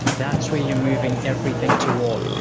that's where you're moving everything toward.